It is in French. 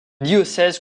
diocèse